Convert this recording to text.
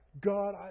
God